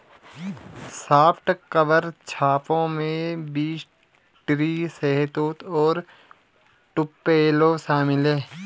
soft cover छापों में beech tree, शहतूत और टुपेलो शामिल है